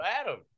adam